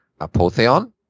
Apotheon